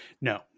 No